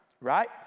right